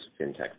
fintech